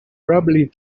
probably